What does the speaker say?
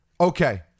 Okay